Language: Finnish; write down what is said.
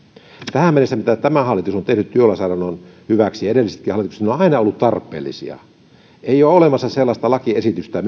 tähän mennessä se mitä tämä hallitus on tehnyt työlainsäädännön hyväksi ja edellisetkin hallitukset on on aina ollut tarpeellista minun mielestäni vielä ei ole olemassa sellaista lakiesitystä